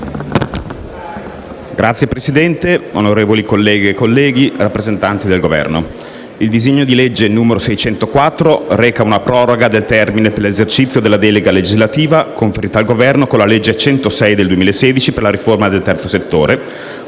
Signor Presidente, onorevoli colleghe e colleghi, rappresentanti del Governo, il disegno di legge n. 604 reca una proroga del termine per l'esercizio della delega legislativa conferita al Governo con la legge 6 giugno 2016, n. 106, per la riforma del terzo settore,